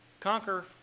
Conquer